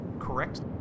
correct